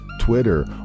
Twitter